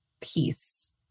peace